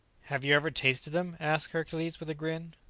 have you ever tasted them? asked hercules, with a grin.